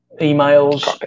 emails